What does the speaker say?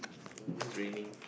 oh it's raining